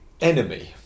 enemy